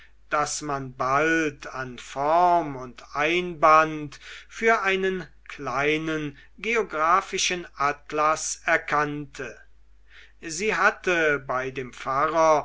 das man bald an form und einband für einen kleinen geographischen atlas erkannte sie hatte bei dem pfarrer